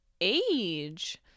age